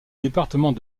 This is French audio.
département